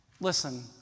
Listen